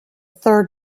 third